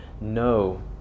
No